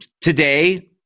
today